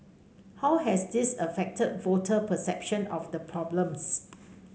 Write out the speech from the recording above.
how has this affected voter perception of the problems